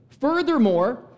Furthermore